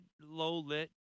low-lit